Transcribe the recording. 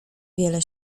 wiele